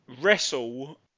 wrestle